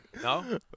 No